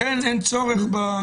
לכן אין צורך בהגדרה הזאת.